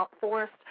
forest